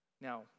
Now